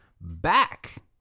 back